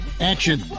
action